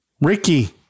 Ricky